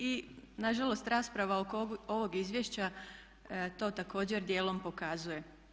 I nažalost rasprava oko ovog izvješća to također djelom pokazuje.